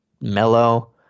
mellow